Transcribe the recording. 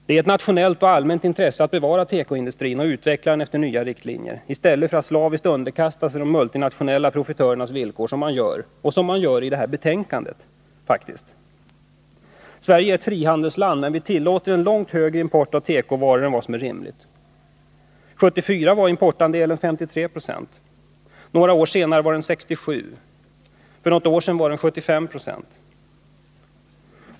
Det är ett nationellt och allmänt intresse att bevara tekoindustrin och utveckla den efter nya riktlinjer i stället för att slaviskt underkasta sig de multinationella profitörernas villkor, så som nu sker och som utskottet förordar i sitt betänkande. Sverige är ett frihandelsland, men vi tillåter en långt högre import av tekovaror än vad som är rimligt. 1974 var importandelen 53 26. Några år senare var den 67 7o och häromåret var den 75 70.